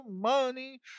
money